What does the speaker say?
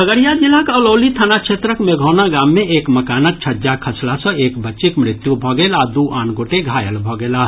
खगड़िया जिलाक अलौली थाना क्षेत्रक मेघौना गाम मे एक मकानक छज्जा खसला सँ एक बच्चीक मृत्यु भऽ गेल आ दू आन गोटे घायल भऽ गेलाह